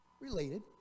related